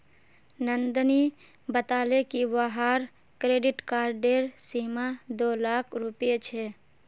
नंदनी बताले कि वहार क्रेडिट कार्डेर सीमा दो लाख रुपए छे